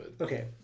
Okay